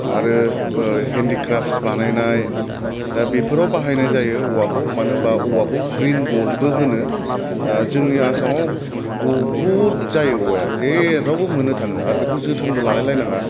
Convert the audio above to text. आरो हिन्दिक्रापस बानायनाय दा बेफोराव बाहायनाय जायो औवाखौ मानो होनबा औवाखौ ग्रिन गल्डबो होनो दा जोंनि आसामाव बहुथ जायो औवाआ जेरावबो मोननो थाङो आर बेखौ जोथोनबो लालाय लायनाङा